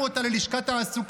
תתבייש.